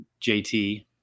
JT